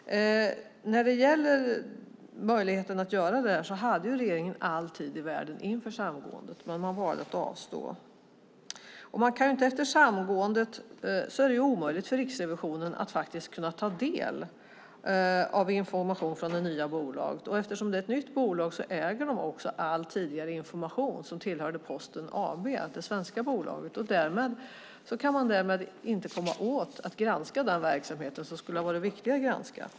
När det gäller möjligheten att göra det här vill jag säga att regeringen hade all tid i världen inför samgåendet, men man valde att avstå. Efter samgåendet är det faktiskt omöjligt för Riksrevisionen att ta del av information från det nya bolaget. Och eftersom det är ett nytt bolag äger de också all tidigare information som tillhörde Posten AB, det svenska bolaget. Därmed kan man inte komma åt att granska den verksamheten, som skulle ha varit viktig att granska.